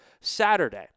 Saturday